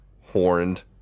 horned